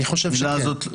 אני חושב שכן.